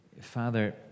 Father